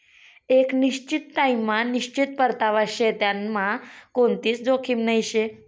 एक निश्चित टाइम मा निश्चित परतावा शे त्यांनामा कोणतीच जोखीम नही शे